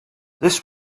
this